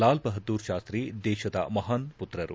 ಲಾಲ್ಬಹದ್ದೂರ್ ಶಾಸ್ತಿ ದೇಶದ ಮಹಾನ್ ಪುತ್ರರು